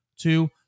two